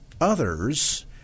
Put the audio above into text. others